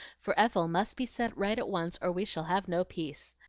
for ethel must be set right at once or we shall have no peace.